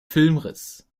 filmriss